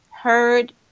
heard